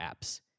apps